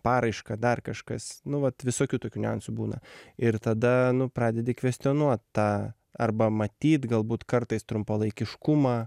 paraišką dar kažkas nu vat visokių tokių niuansų būna ir tada pradedi kvestionuot tą arba matyt galbūt kartais trumpalaikiškumą